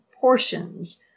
portions